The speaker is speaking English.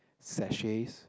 sachets